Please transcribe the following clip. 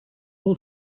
old